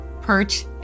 Perch